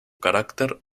carácter